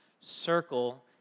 circle